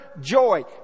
joy